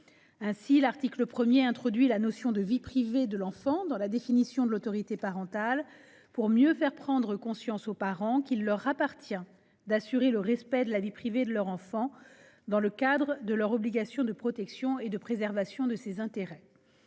Ainsi, l'article 1 introduit la notion de vie privée de l'enfant dans la définition de l'autorité parentale, pour mieux faire prendre conscience aux parents qu'il leur appartient d'assurer le respect de la vie privée de leur enfant dans le cadre de leur obligation de protection et de préservation de ses intérêts.